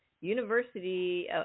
university